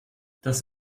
das